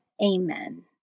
Amen